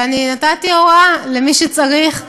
ואני נתתי הוראה למי שצריך,